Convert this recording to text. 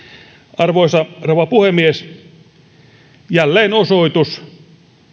arvoisa rouva puhemies tämä on jälleen osoitus